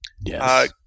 yes